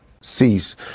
Cease